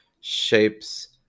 shapes